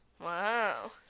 Wow